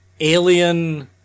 Alien